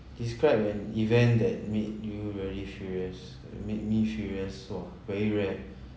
describe an event that made you very furious made me furious !wah! very rare